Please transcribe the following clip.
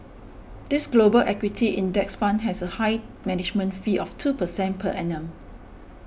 this Global equity index fund has a high management fee of two percent per annum